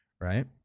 right